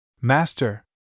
Master